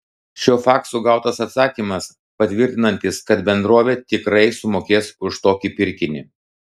šiuo faksu gautas atsakymas patvirtinantis kad bendrovė tikrai sumokės už tokį pirkinį